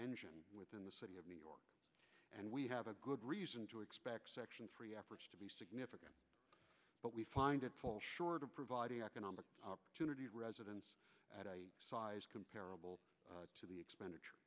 engine within the city of new york and we have a good reason to expect section three efforts to be significant but we find it falls short of providing economic opportunity residence size comparable to the expenditure